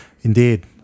Indeed